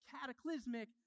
cataclysmic